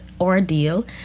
ordeal